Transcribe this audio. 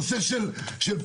נושא של פסח,